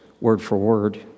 word-for-word